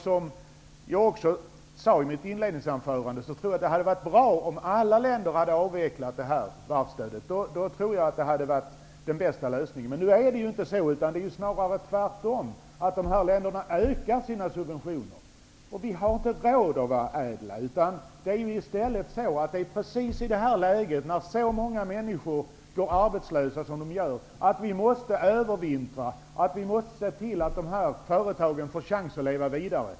Som jag sade i mitt inledningsanförande tror jag att det hade varit bra om alla länder hade avvecklat varvsstödet. Det hade varit den bästa lösningen. Men nu är det inte så. Det är snarare tvärtom, de här länderna ökar sina subventioner. Vi har inte råd att vara ädla. I det här läget, när så många människor går arbetslösa, måste vi övervintra och se till att dessa företag får chans att leva vidare.